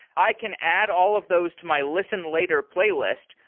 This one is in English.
i can add all of those to my listen later playlist,